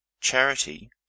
Charity